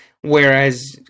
Whereas